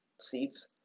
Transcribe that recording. seats